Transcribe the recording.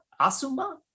Asuma